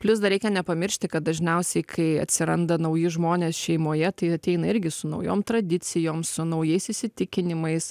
plius dar reikia nepamiršti kad dažniausiai kai atsiranda nauji žmonės šeimoje tai ateina irgi su naujom tradicijom su naujais įsitikinimais